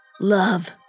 love